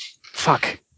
fuck